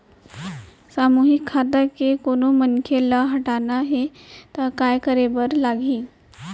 सामूहिक खाता के कोनो मनखे ला हटाना हे ता काय करे बर लागही?